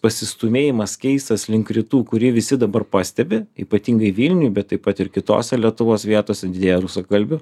pasistūmėjimas keistas link rytų kurį visi dabar pastebi ypatingai vilniuj bet taip pat ir kitose lietuvos vietose didėja rusakalbių